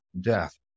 death